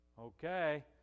Okay